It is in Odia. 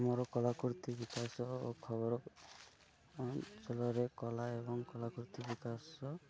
ଆମର କଳାକୃତି ବିକାଶ ଓ ଖବର ଅଞ୍ଚଳରେ କଳା ଏବଂ କଳାକୃତି ବିକାଶ